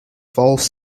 false